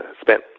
spent